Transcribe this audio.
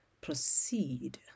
proceed